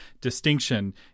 distinction